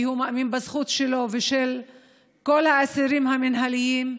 כי הוא מאמין בזכות שלו ושל כל האסירים המינהליים,